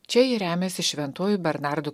čia ji remiasi šventuoju bernardu